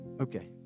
Okay